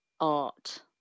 art